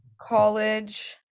college